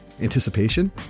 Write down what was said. anticipation